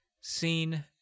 seen